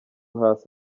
hasi